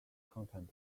content